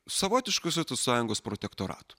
savotišku sovietų sąjungos protektoratu